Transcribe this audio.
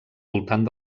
voltant